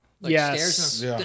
Yes